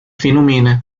phänomene